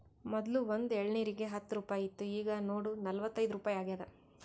ಮೊದ್ಲು ಒಂದ್ ಎಳ್ನೀರಿಗ ಹತ್ತ ರುಪಾಯಿ ಇತ್ತು ಈಗ್ ನೋಡು ನಲ್ವತೈದು ರುಪಾಯಿ ಆಗ್ಯಾದ್